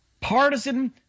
partisan